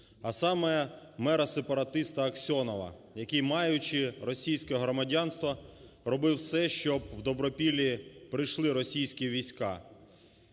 а саме мера-сепаратиста Аксьонова, який, маючи російське громадянство, робив все, щоб в Добропілля прийшли російські війська.